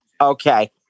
Okay